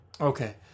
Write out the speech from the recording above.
Okay